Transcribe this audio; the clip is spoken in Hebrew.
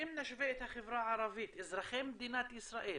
אם נשווה את החברה הערבית אזרחי מדינת ישראל,